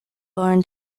born